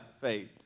faith